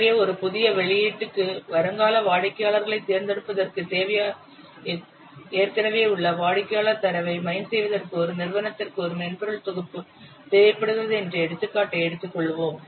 எனவே ஒரு புதிய வெளியீட்டுக்கு வருங்கால வாடிக்கையாளர்களைத் தேர்ந்தெடுப்பதற்கு ஏற்கனவே உள்ள வாடிக்கையாளர் தரவை மைன் செய்வதற்கு ஒரு நிறுவனத்திற்கு ஒரு மென்பொருள் தொகுப்பு தேவைப்படுகிறது என்ற எடுத்துக்காட்டை எடுத்துக் கொள்ளுவோம்